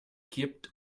kippt